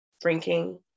drinking